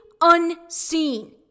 unseen